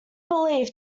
belief